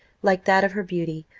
like that of her beauty,